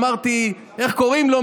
אמרתי: איך קוראים לו?